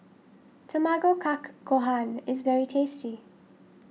Tamago Kake Gohan is very tasty